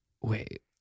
Wait